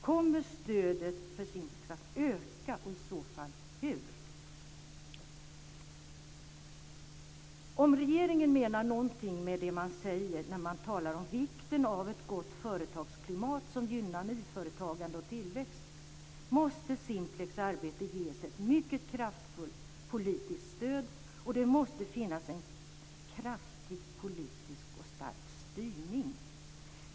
Kommer stödet för Simplex att öka och i så fall hur? Om regeringen menar någonting med det man säger när man talar om vikten av ett gott företagsklimat som gynnar nyföretagande och tillväxt måste Simplex arbete ges ett mycket kraftfullt politiskt stöd, och det måste finnas en kraftig och stark politisk styrning.